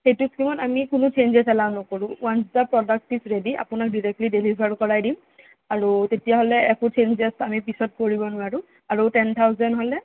সেইটো স্কিনত আমি কোনো চেইনজেছ এলাও নকৰোঁ once the product is ready আপোনাক ডিৰেক্টলি ডেলিভাৰ কৰাই দিম আৰু তেতিয়াহ'লে একো চেইনজেছ আমি পিছত কৰিব নোৱাৰোঁ আৰু টেন থাউজেন হ'লে